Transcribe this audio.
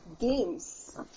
games